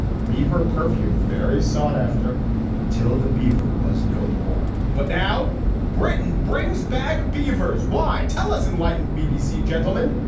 beaver perfume very sought after until the beaver was no more. but now britain brings back beavers. why? tell us, enlightened bbc, gentlemen.